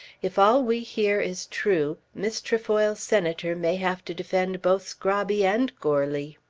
if all we hear is true miss trefoil's senator may have to defend both scrobby and goarly.